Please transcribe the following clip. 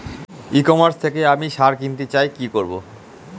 ই commerce থেকে আমি সার কিনতে চাই কি করব?